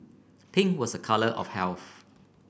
pink was a colour of health